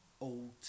old